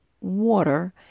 water